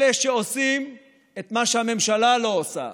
אלה שעושים את מה שהממשלה לא עושה,